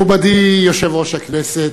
מכובדי יושב-ראש הכנסת,